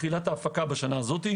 תחילת ההפקה בשנה הזאת.